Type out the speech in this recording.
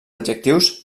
adjectius